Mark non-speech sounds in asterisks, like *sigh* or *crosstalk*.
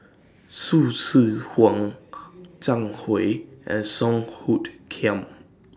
Hsu Tse Kwang *noise* Zhang Hui and Song Hoot Kiam